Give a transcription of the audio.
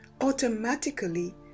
automatically